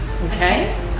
okay